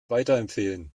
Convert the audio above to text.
weiterempfehlen